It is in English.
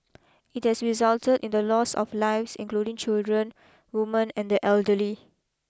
it has resulted in the loss of lives including children women and the elderly